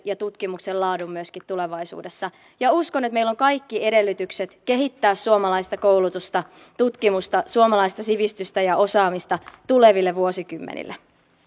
ja tutkimuksen laadun myöskin tulevaisuudessa uskon että meillä on kaikki edellytykset kehittää suomalaista koulutusta tutkimusta suomalaista sivistystä ja osaamista tuleville vuosikymmenille